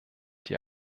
die